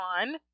on